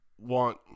want